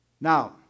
Now